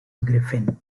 griffin